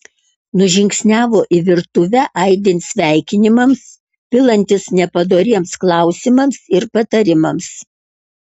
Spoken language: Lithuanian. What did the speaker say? nužingsniavo į virtuvę aidint sveikinimams pilantis nepadoriems klausimams ir patarimams